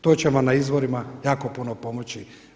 To će vam na izborima jako puno pomoći.